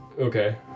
Okay